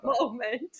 moment